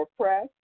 press